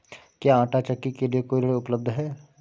क्या आंटा चक्की के लिए कोई ऋण उपलब्ध है?